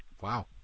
Wow